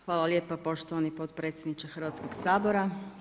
Hvala lijepa poštovani potpredsjedniče Hrvatskog sabora.